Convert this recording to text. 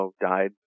died